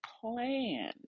plan